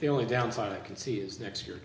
the only downside i can see is next year